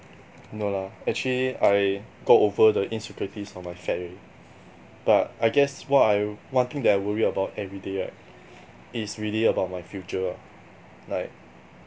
no lah actually I got over the insecurities of my fat already but I guess what I one thing that I worry about everyday right is really about my future lah like